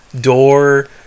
door